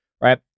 right